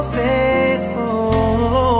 faithful